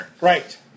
Right